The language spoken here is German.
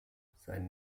sein